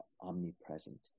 omnipresent